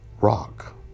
Rock